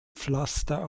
pflaster